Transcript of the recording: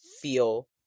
feel